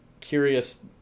curious